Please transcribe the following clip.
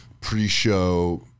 pre-show